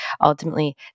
ultimately